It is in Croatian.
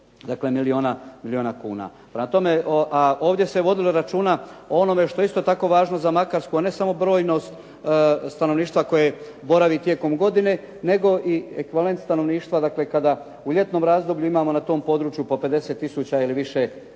dakle, milijuna kuna. Prema tome, a ovdje se vodilo računa o onome što je isto tako važno za Makarsku, a ne samo brojnost stanovništva koje boravi tijekom godine nego i ekvivalent stanovništva dakle kada u ljetnom razdoblju imamo na tom području po 50 tisuća ili više, više